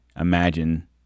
imagine